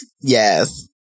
yes